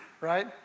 right